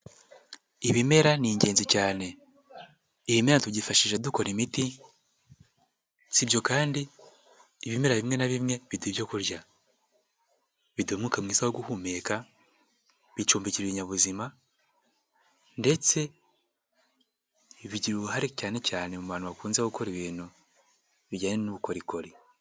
Ibimera ni ingenzi cyane ibimera tubyifashije dukora imiti, si ibyo kandi ibimera bimwe na bimwe biduha ibyo kurya, biduha umwuka mwiza wo guhumeka, bicumbikira ibinyabuzima ndetse bigira uruhare cyane cyane mu bantu bakunze gukora ibintu bijyanye n'ubukorikori.